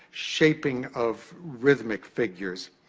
shaping of rhythmic figures.